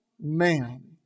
man